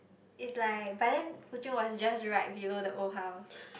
is like but then Fu-chun was just right below the old house